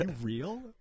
real